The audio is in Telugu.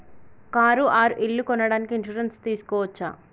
కారు ఆర్ ఇల్లు కొనడానికి ఇన్సూరెన్స్ తీస్కోవచ్చా?